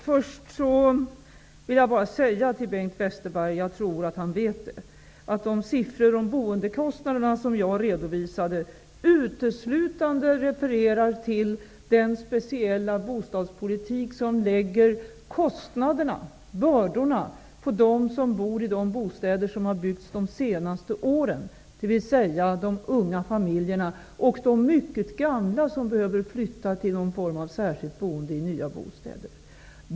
Jag vill först säga till Bengt Westerberg, vilket jag tror att han vet, att de siffror om boendekostnaderna som jag redovisade uteslutande refererar till den speciella bostadspolitik som lägger kostnaderna, bördorna, på dem som bor i de bostäder som har byggts de senaste åren, dvs. de unga familjerna och de mycket gamla som behöver flytta till någon form av särskilt boende i nya bostäder.